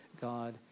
God